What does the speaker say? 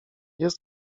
jest